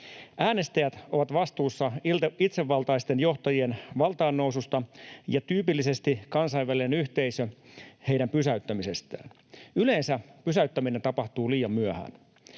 Äänestäjät ovat vastuussa itsevaltaisten johtajien valtaannoususta ja tyypillisesti kansainvälinen yhteisö heidän pysäyttämisestään. Yleensä pysäyttäminen tapahtuu liian myöhään.